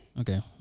Okay